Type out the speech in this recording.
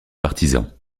partisans